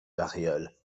variole